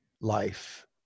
life